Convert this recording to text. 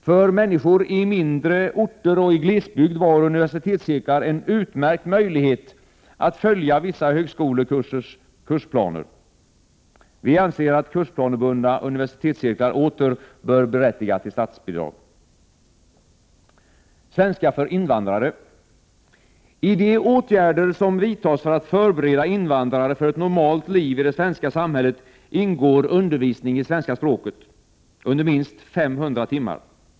För människor i mindre orter och i glesbygd var universitetscirklar en utmärkt möjlighet att följa vissa högskolekursers kursplaner. Vi anser att kursplanebundna universitetscirklar åter bör berättiga till statsbidrag. I de åtgärder som vidtas för att förbereda invandrare för ett normalt liv i det svenska samhället ingår undervisning i svenska språket under minst 500 timmar.